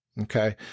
Okay